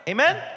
Amen